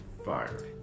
Fire